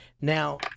Now